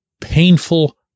painful